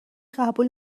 قبول